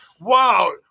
Wow